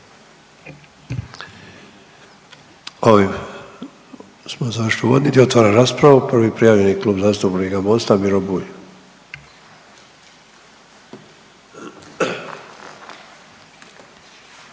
Ovim smo završili uvodni dio. Otvaram raspravu. Prvi prijavljeni Klub zastupnika Mosta Miro